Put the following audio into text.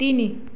ତିନି